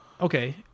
okay